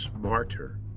smarter